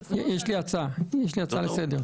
יש לי הצעה לסדר.